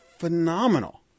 Phenomenal